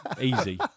Easy